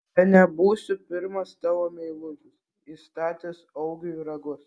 bene būsiu pirmas tavo meilužis įstatęs augiui ragus